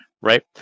right